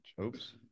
Oops